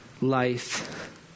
life